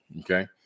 okay